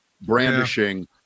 brandishing